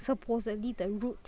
supposedly the root